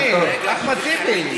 אדוני אחמד טיבי,